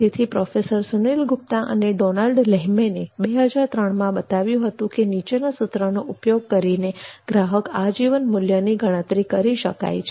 તેથી પ્રોફેસર સુનિલ ગુપ્તા અને Donald Lehmann 2003માં બતાવ્યું હતું કે નીચેના સૂત્રનો ઉપયોગ કરીને ગ્રાહક આજીવન મૂલ્યોની ગણતરી કરી શકાય છે